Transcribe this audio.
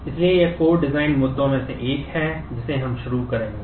इसलिए यह core design मुद्दों में से एक है जिसे हम शुरू करेंगे